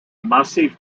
massiv